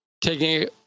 taking